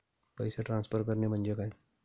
पैसे ट्रान्सफर करणे म्हणजे काय?